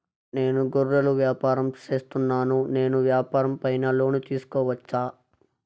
నేను గొర్రెలు వ్యాపారం సేస్తున్నాను, నేను వ్యాపారం పైన లోను తీసుకోవచ్చా?